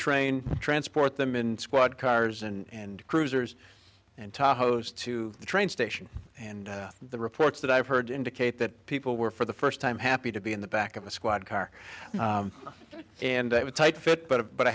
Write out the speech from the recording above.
train transport them in squad cars and cruisers and tacos to the train station and the reports that i've heard indicate that people were for the first time happy to be in the back of a squad car and a tight fit but it but a